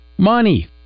money